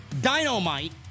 Dynamite